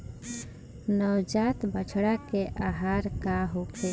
नवजात बछड़ा के आहार का होखे?